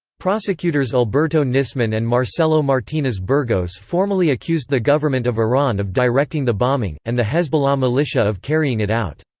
prosecutors alberto nisman and marcelo martinez burgos formally accused the government of iran of directing the bombing, and the hezbollah militia of carrying it out.